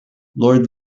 lord